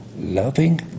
loving